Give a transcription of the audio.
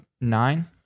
nine